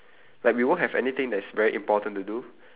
like we won't have anything that is very important to do